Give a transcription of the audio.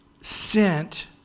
sent